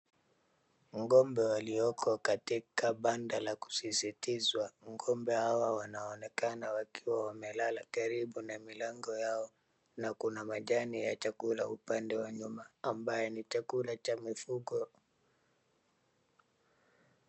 Ng'ombe walioko katika banda la kusisitizwa, ng'ombe hawa wanaonekana wakiwa wamelala karibu na milango yao na kuna majani ya chakula upande wa nyuma ambaye ni chakula cha mifugo.